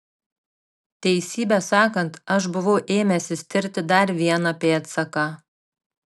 teisybę sakant aš buvau ėmęsis tirti dar vieną pėdsaką